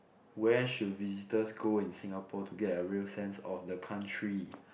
where should visitors go in Singapore to get a real sense of the country